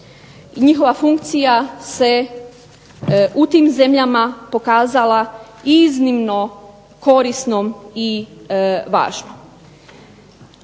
njihova funkcija se u tim zemljama pokazala iznimno korisnom i važnom.